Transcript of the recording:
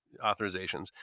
authorizations